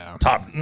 top